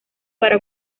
para